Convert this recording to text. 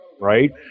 right